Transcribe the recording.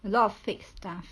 a lot of fake stuff